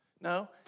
No